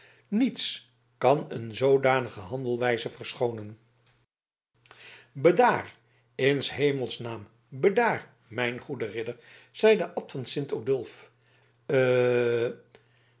niets kan een zoodanige handelwijze verschoonen bedaar in s hemels naam bedaar mijn goede ridder zeide de abt van sint odulf